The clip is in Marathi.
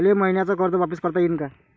मले मईन्याचं कर्ज वापिस करता येईन का?